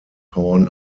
horn